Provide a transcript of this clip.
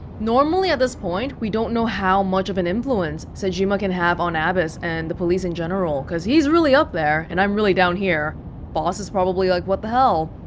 normally at this point, we don't know how much of an influence sejima can have on abis and the police in general cause he's really up there, and i'm really down here boss is probably like, what the hell?